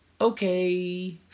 Okay